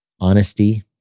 honesty